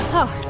oh,